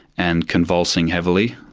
and convulsing heavily,